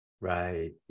Right